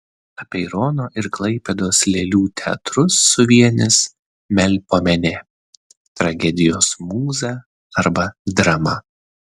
apeirono ir klaipėdos lėlių teatrus suvienys melpomenė tragedijos mūza arba drama